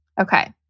Okay